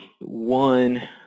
one